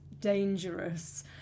dangerous